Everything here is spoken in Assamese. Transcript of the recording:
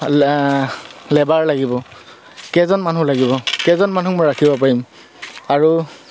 লেবাৰ লাগিব কেইজন মানুহ লাগিব কেইজন মানুহক মই ৰাখিব পাৰিম আৰু